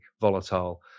volatile